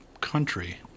country